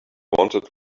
wanted